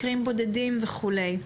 מקרים בודדים וכולי.